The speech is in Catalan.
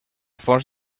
fons